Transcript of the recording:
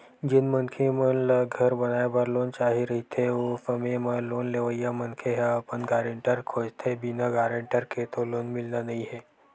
जेन मनखे मन ल घर बनाए बर लोन चाही रहिथे ओ समे म लोन लेवइया मनखे ह अपन गारेंटर खोजथें बिना गारेंटर के तो लोन मिलना नइ हे